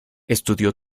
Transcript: estudió